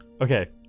Okay